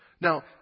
Now